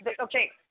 okay